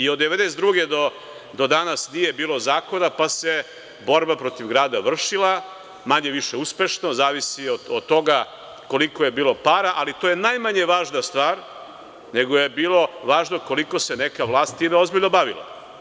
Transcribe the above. Od 1992. do danas nije bilo zakona, pa se borba protiv grada vršila, manje-više uspešno, zavisi od toga koliko je bilo para, ali to je najmanje važna stvar, nego je bilo važno koliko se neka vlast time ozbiljno bavila.